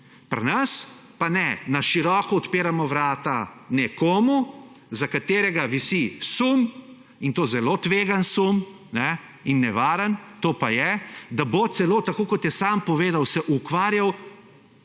Pri nas pa ne, na široko odpiramo vrata nekomu, za katerega visi sum in to zelo tvegan sum, ne, in nevaren, to pa je, da bo celo, tako kot je sam povedal, se ukvarjal,